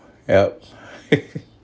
yup